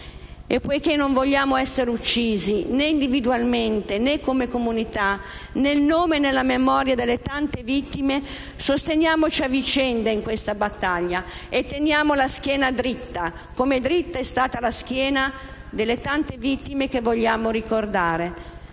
Poiché non vogliamo essere uccisi individualmente, né come comunità, nel nome e nella memoria delle tante vittime, sosteniamoci a vicenda in questa battaglia e teniamo la schiena dritta, come dritta è stata la schiena delle tante vittime che vogliamo ricordare.